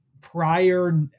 prior